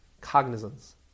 cognizance